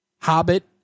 Hobbit